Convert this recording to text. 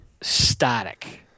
static